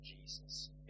Jesus